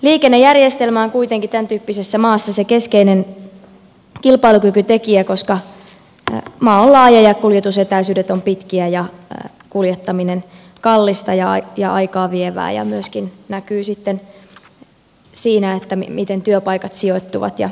liikennejärjestelmä on kuitenkin tämäntyyppisessä maassa se keskeinen kilpailukykytekijä koska maa on laaja ja kuljetusetäisyydet ovat pitkiä ja kuljettaminen kallista ja aikaa vievää ja se myöskin näkyy sitten siinä miten työpaikat sijoittuvat ja niin edelleen